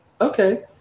Okay